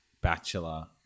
Bachelor